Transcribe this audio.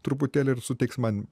truputėlį ir suteiks man